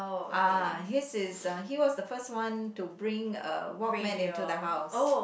ah his is uh he was the first one to bring uh Walkman into the house